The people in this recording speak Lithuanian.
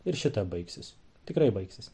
ir šita baigsis tikrai baigsis